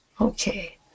Okay